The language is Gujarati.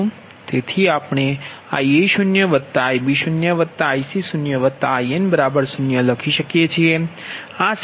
તેથી આપણે Ia0Ib0Ic0In0 લખી શકીએ છીએ